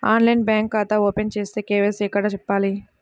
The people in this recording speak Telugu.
ఆన్లైన్లో బ్యాంకు ఖాతా ఓపెన్ చేస్తే, కే.వై.సి ఎక్కడ చెప్పాలి?